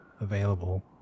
available